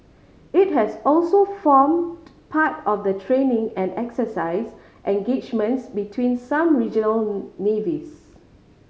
it has also formed part of the training and exercise engagements between some regional navies